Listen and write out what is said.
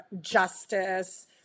justice